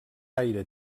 aire